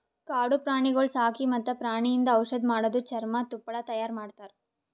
ಕಾಡು ಪ್ರಾಣಿಗೊಳ್ ಸಾಕಿ ಮತ್ತ್ ಪ್ರಾಣಿಯಿಂದ್ ಔಷಧ್ ಮಾಡದು, ಚರ್ಮ, ತುಪ್ಪಳ ತೈಯಾರಿ ಮಾಡ್ತಾರ